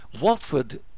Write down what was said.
Watford